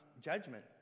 judgment